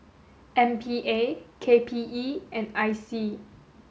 M P A K P E and I C